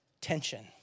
tension